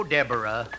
Deborah